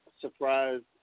surprised